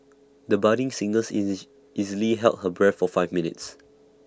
the budding singers easily easily held her breath for five minutes